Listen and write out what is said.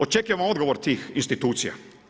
Očekujem odgovor tih institucija.